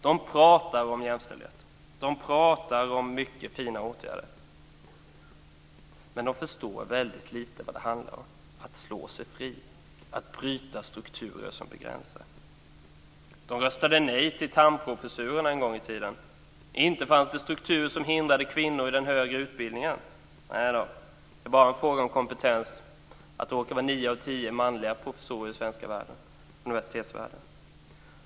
De pratar om jämställdhet. De pratar om mycket fina åtgärder. Men de förstår väldigt lite av vad det handlar om; att slå sig fri, att bryta strukturer som begränsar. De röstade nej till Thamprofessurerna en gång i tiden. Inte fanns det strukturer som hindrade kvinnor i den högre utbildningen. Nej då, det är bara en fråga om kompetens att det råkar vara nio av tio professorer som är män i den svenska universitetsvärlden.